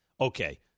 Okay